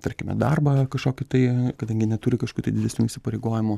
tarkime darbą kažkokį tai kadangi neturi kažkokių tai didesnių įsipareigojimų